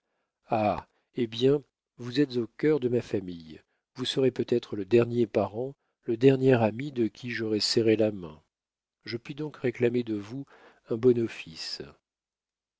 eh bien vous êtes au cœur de ma famille vous serez peut-être le dernier parent le dernier ami de qui j'aurai serré la main je puis donc réclamer de vous un bon office